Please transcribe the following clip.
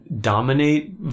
dominate